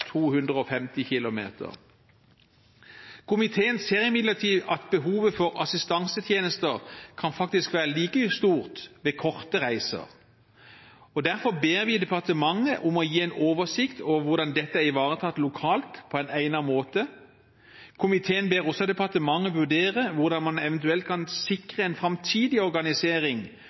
250 km. Komiteen ser imidlertid at behovet for assistansetjenester faktisk kan være like stort ved korte reiser, og derfor ber vi departementet om å gi en oversikt over hvordan dette er ivaretatt lokalt på en egnet måte. Komiteen ber også departementet vurdere hvordan man eventuelt kan sikre en framtidig organisering